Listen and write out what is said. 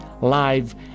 live